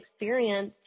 experience